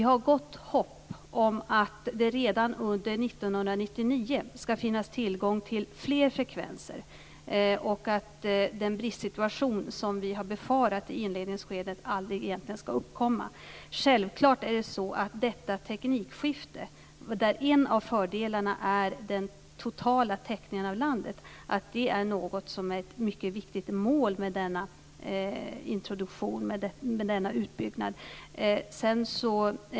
Vi har gott hopp om att det redan under 1999 skall finnas tillgång till fler frekvenser och att den av oss befarade bristsituationen i inledningsskedet egentligen aldrig skall uppkomma. En av fördelarna med detta teknikskifte är den totala täckningen av landet, och självfallet är den valda tekniken mycket viktig för denna utbyggnad.